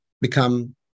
become